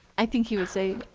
i think he would say,